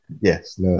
Yes